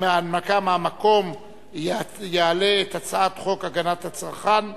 שבהנמקה מהמקום יעלה את הצעת חוק הגנת הצרכן (תיקון,